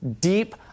deep